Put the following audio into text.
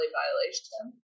violation